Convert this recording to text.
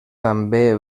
també